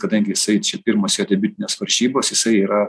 kadangi jisai čia pirmos jo debiutinės varžybos jisai yra